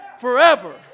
forever